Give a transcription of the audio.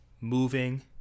moving